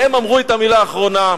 והם אמרו את המלה האחרונה.